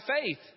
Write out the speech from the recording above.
faith